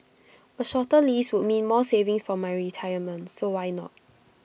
A shorter lease would mean more savings for my retirement so why not